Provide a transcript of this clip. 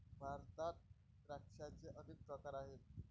भारतात द्राक्षांचे अनेक प्रकार आहेत